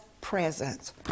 presence